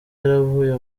yaravuye